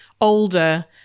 older